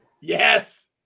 yes